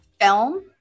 film